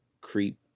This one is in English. creep